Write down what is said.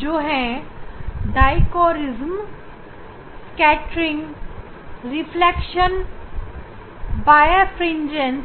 जो है dichroism scattering reflection और बायर फ्रिंजेस